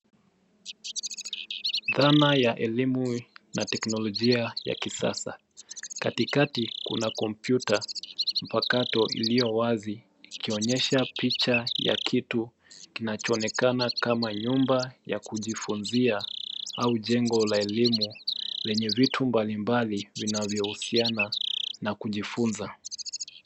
Dhana ya elimu na teknolojia ya kisasa. Katikati, kuna kompyuta mpakato iliyo wazi, ikionyesha picha ya kitu, kinachoonekana kama nyumba ya kujifunzia, au jengo la elimu, lenye vitu mbalimbali vinavyohusiana, na kujifunza.